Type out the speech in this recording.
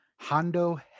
Hondo